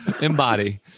embody